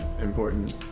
important